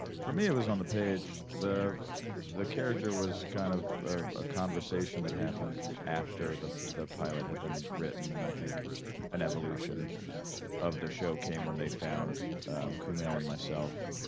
for me it was on the page. the the character was kind of a conversation that happened after the the pilot had been written. and i think an evolution of the show came when they found kumail and myself,